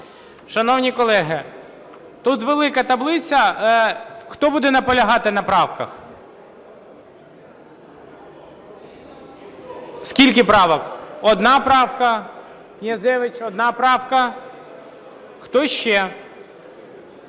Шановні колеги, тут велика таблиця. Хто буде наполягати на правках? Скільки правок? Одна правка. Князевич, одна правка. Хто ще?